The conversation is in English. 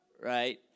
Right